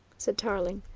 said tarling.